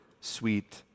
sweet